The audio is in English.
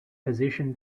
position